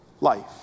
life